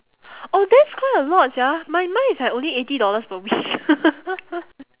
oh that's quite a lot sia my mine is like only eighty dollars per week